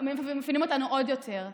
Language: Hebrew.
מפעילים אותנו עוד יותר.